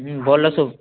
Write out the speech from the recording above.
হুম বলো সুব